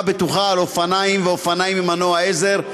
בטוחה על אופניים ואופניים עם מנוע עזר),